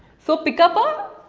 so pick up a.